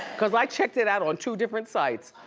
cause i checked it out on two different sites,